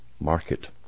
market